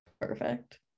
perfect